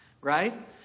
right